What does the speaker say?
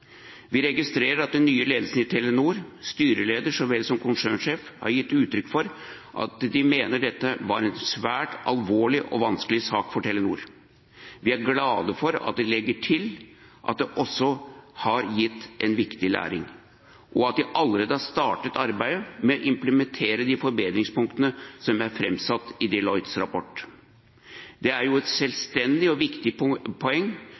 Vi registrerer at den nye ledelsen i Telenor, styreleder så vel som konsernsjef, har gitt uttrykk for at de mener at dette var en svært alvorlig og vanskelig sak for Telenor. Vi er glade for at de legger til at det også har gitt en viktig læring, og at de allerede har startet arbeidet med å implementere de forbedringspunktene som er framsatt i Deloittes rapport. Det er et selvstendig og viktig poeng